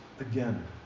again